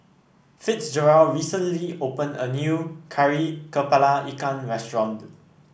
Fitzgerald recently opened a new Kari kepala Ikan restaurant